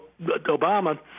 Obama